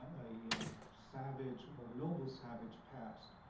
a savage or noble savage past.